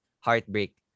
heartbreak